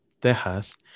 Texas